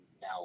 now